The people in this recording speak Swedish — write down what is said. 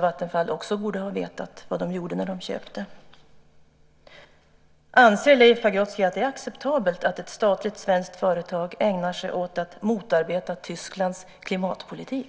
Vattenfall borde kanske också ha vetat vad de gjorde när de köpte. Anser Leif Pagrotsky att det är acceptabelt att ett statligt svenskt företag ägnar sig åt att motarbeta Tysklands klimatpolitik?